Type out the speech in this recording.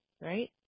right